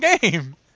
game